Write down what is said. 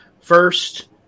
First